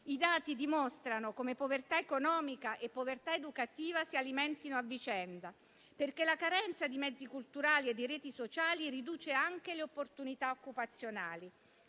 I dati dimostrano come povertà economica e povertà educativa si alimentino a vicenda, perché la carenza di mezzi culturali e di reti sociali riduce anche le opportunità occupazionali.